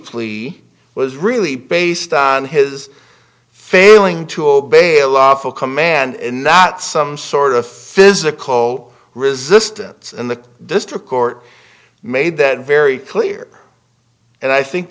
plea was really based on his failing to obey a law full command and not some sort of physical resistance and the district court made that very clear and i think